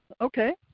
okay